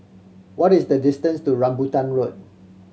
what is the distance to Rambutan Road